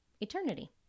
eternity